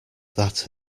that